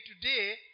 today